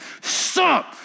stop